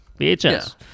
VHS